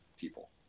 people